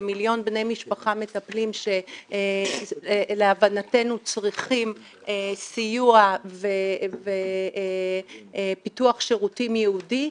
כמיליון בני משפחה מטפלים שלהבנתנו צריכים סיוע ופיתוח שירותים ייעודי.